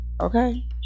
okay